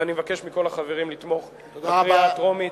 ואני מבקש מכל החברים לתמוך בקריאה הטרומית.